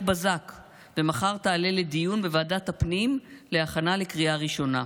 בזק ומחר תעלה לדיון בוועדת הפנים להכנה לקריאה ראשונה.